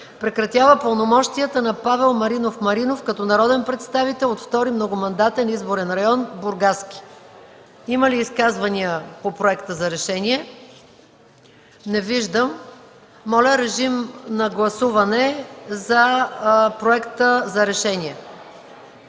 Прекратява пълномощията на Павел Маринов Маринов, като народен представител от 2. многомандатен избирателен район, Бургаски”. Има ли изказвания по Проекта за решение? Не виждам. Моля, режим на гласуване за Проекта за решение.